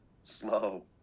slow